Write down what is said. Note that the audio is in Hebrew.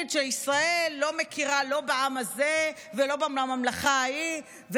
שישראל לא מכירה לא בעם הזה ולא בממלכה ההיא,